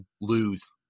lose